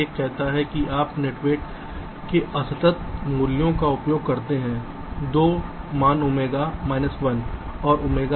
एक कहता है कि आप नेट वेट के असतत मूल्यों का उपयोग करते हैं 2 मान ओमेगा 1 और ओमेगा 2